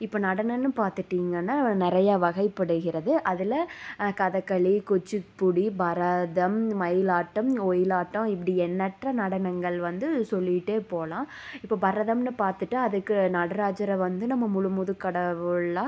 இப்போ நடனம்னு பார்த்துட்டிங்கன்னா நிறையா வகைப்படுகிறது அதில் கதக்களி குச்சிப்புடி பரதம் மயிலாட்டம் ஒயிலாட்டம் இப்படி எண்ணற்ற நடனங்கள் வந்து சொல்லிக்கிட்டே போகலாம் இப்போ பரதம்னு பார்த்துட்டா அதுக்கு நடராஜரை வந்து நம்ம முழு முது கடவுளாக